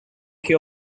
che